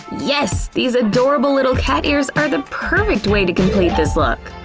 yes! these adorable little cat ears are the perfect way to complete this look.